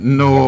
no